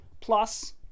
plus